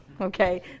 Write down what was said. Okay